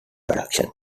production